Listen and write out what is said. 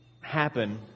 happen